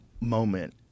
moment